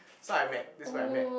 so I met this where I met